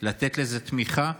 ולתת לזה תמיכה,